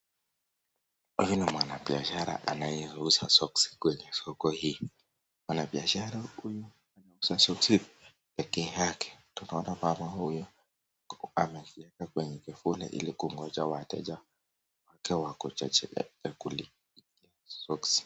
Huyu ni mwanabiashara anayeuza soksi katika soko hii, mwanabiashara huyu anayeuza soksi peke yake, tunaona mama huyu ameziweka kwenye sokoni ili kungoja wateja wake wakuje wanunue soksi.